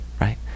right